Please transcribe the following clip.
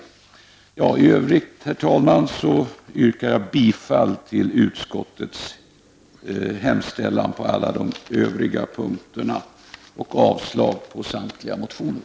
I övrigt, herr talman, yrkar jag bifall till utskottets hemställan på alla punkter och avslag på samtliga reservationer.